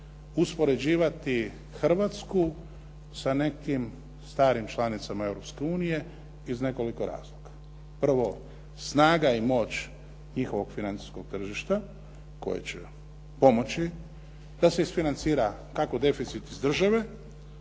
uspoređivati Hrvatsku sa nekim starim članicama Europske unije iz nekoliko razloga. Prvo, snaga i moć njihovog financijskog tržišta koje će pomoći da se isfinancira kako deficit iz države,